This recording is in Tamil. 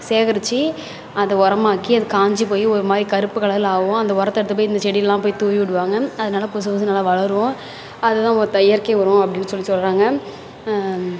சேகரிச்சு அதை உரமாக்கி அது காஞ்சு போய் ஒரு மாதிரி கருப்பு கலரில் ஆகும் அந்த உரத்த எடுத்துகிட்டு போய் இந்த செடிலெலாம் போய் தூவி விடுவாங்க அது நல்லா புசுபுசுன்னு நல்லா வளரும் அதுதான் ஒத்த இயற்கை உரம் அப்படின்னு சொல்லி சொல்கிறாங்க